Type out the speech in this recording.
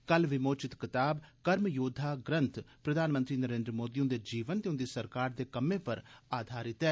कल विमोचित कताब 'कर्मयोद्वा ग्रन्थ' प्रधानमंत्री नरेन्द्र मोदी हुन्दे जीवन ते उन्दी सरकार दे कम्में पर आघारित ऐ